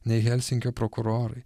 nei helsinkio prokurorai